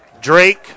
Drake